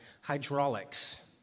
hydraulics